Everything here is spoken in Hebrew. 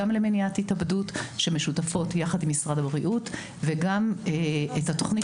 גם למניעת התאבדות שמשותפות יחד עם משרד הבריאות וגם את התוכנית